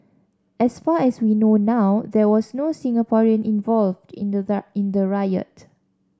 as far as we know now there was no Singaporean involved in the in the riot